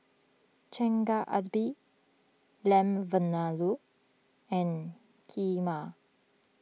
Chigenadbe Lamb Vindaloo and Kheema